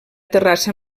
terrassa